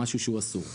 משהו שהוא אסור.